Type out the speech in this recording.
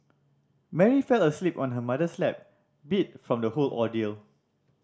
Mary fell asleep on her mother's lap beat from the whole ordeal